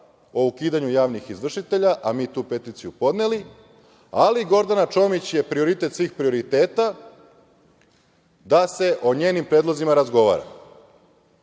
o ukidanju javnih izvršitelja, a mi tu peticiju podneli, ali Gordana Čomić je prioritet svih prioriteta da se o njenim predlozima razgovara. Tako